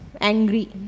angry